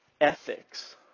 Ethics